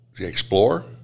explore